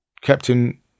captain